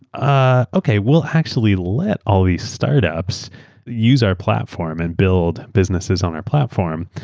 ah okay, we'll actually let all these startups use our platform and build businesses on our platform.